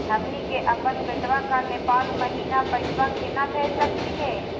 हमनी के अपन बेटवा क नेपाल महिना पैसवा केना भेज सकली हे?